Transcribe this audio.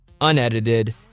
unedited